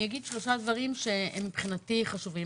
אני אומר שלושה דברים שמבחינתי הם חשובים.